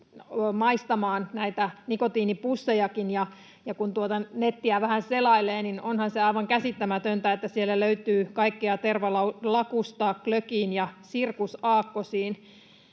maistamaan näitä nikotiinipussejakin. Kun tuota nettiä vähän selailee, niin onhan se aivan käsittämätöntä, että siellä löytyy kaikkea tervalakusta glögiin ja sirkusaakkosiin.